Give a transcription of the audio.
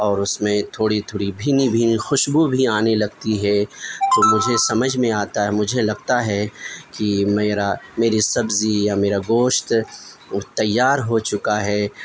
اور اس میں تھوڑی تھوڑی بھینی بھینی خوشبو بھی آنے لگتی ہے تو مجھے سمجھ میں آتا ہے کہ مجھے لگتا ہے کہ میرا میری سبزی یا میرا گوشت تیار ہو چکا ہے